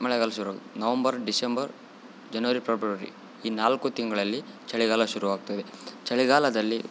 ಮಳೆಗಾಲ ಶುರು November December ಜನವರಿ ಫೆಬ್ರವರಿ ಈ ನಾಲ್ಕು ತಿಂಗಳಲ್ಲಿ ಚಳಿಗಾಲ ಶುರು ಆಗ್ತದೆ ಚಳಿಗಾಲದಲ್ಲಿ